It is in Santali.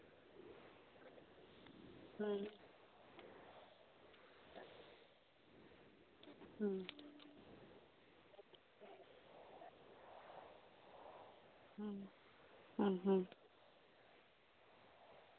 ᱦᱩᱸ ᱦᱩᱸ ᱦᱩᱸ ᱦᱩᱸ ᱦᱩᱸ